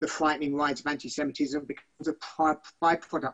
אנחנו נלחמים נגד התנועה נגד ישראל שאנחנו מנחילים לה